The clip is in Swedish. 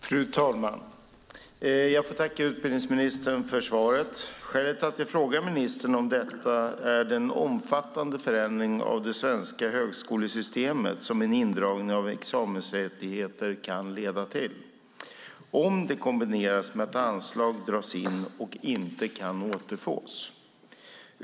Fru talman! Jag får tacka utbildningsministern för svaret. Skälet till att jag frågar ministern om detta är den omfattande förändring av det svenska högskolesystemet som en indragning av examensrättigheter kan leda till om den kombineras med att anslag dras in och inte kan återfås.